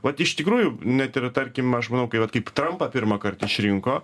vat iš tikrųjų net ir tarkim aš manau kai vat kaip trampą pirmąkart išrinko